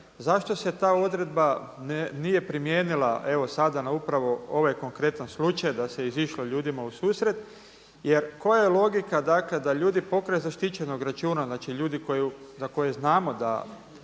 Zašto se ta odredba nije primijenila, evo sada na upravo ovaj konkretan slučaj da se izišlo ljudima u susret? Jer koja je logika dakle da ljudi pokraj zaštićenog računa, znači ljudi za koje znamo da